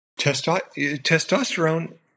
testosterone